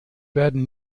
werden